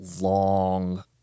long